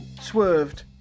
swerved